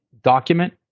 document